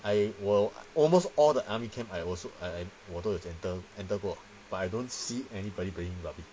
I will almost all the army camp I also I I 我都有 enter enter 过 but I don't see anybody playing rugby